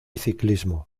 ciclismo